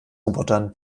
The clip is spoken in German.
robotern